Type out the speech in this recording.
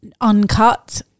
uncut